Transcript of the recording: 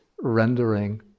rendering